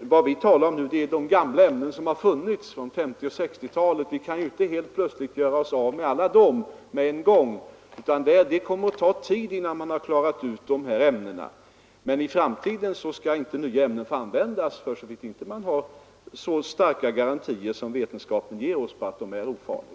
Vad vi talar om nu är de gamla ämnen som har funnits sedan 1950 och 1960-talen. Vi kan inte helt plötsligt göra oss av med dem alla med en gång, utan det kommer att ta tid innan det gjorts klart vilka av dessa ämnen som medför faror. Men i framtiden skall alltså inte nya ämnen få användas för så vitt man inte har så starka garantier som vetenskapen kan ge för att de är ofarliga.